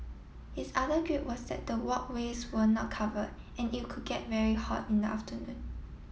his other gripe was that the walkways were not covered and it could get very hot in the afternoon